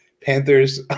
Panthers